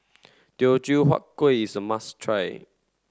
Teochew Huat Kuih is a must try